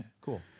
Cool